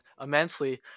immensely